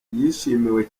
yishimiwe